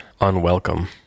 unwelcome